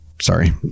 Sorry